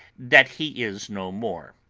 that he is no more.